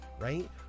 right